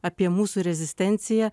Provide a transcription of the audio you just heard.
apie mūsų rezistenciją